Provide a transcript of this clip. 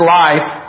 life